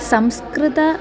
संस्कृतम्